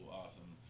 awesome